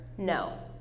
No